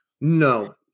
No